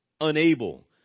unable